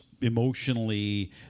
emotionally